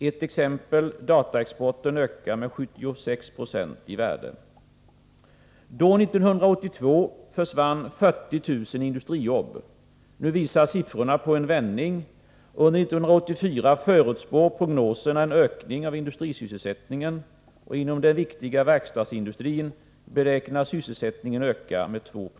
Ett exempel: dataexporten ökar med 76 Jo i värde. Då, 1982, försvann 40 000 industrijobb. Nu visar siffrorna på en vändning. Under 1984 förutspår prognoserna en ökning av industrisysselsättningen. Inom den viktiga verkstadsindustrin beräknas sysselsättningen öka med 2 Ze.